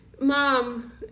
mom